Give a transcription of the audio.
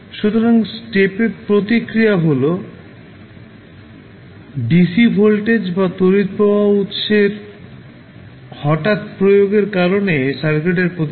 সুতরাং স্টেপের প্রতিক্রিয়া হল ডিসি ভোল্টেজ বা তড়িৎ প্রবাহ উত্সের হঠাৎ প্রয়োগের কারণে সার্কিটের প্রতিক্রিয়া